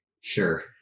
Sure